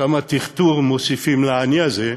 כמה טרטור מוסיפים לעני הזה,